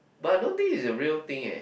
but I don't think is a real thing eh